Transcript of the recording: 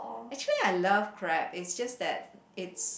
actually I love crab is just that it's